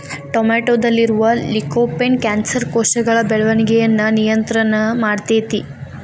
ಟೊಮೆಟೊದಲ್ಲಿರುವ lycopene cancer ಕೋಶಗಳ ಬೆಳವಣಿಗಯನ್ನ ನಿಯಂತ್ರಣ ಮಾಡ್ತೆತಿ